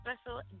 special